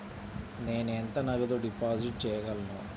నేను ఎంత నగదు డిపాజిట్ చేయగలను?